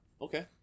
Okay